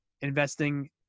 investing –